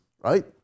right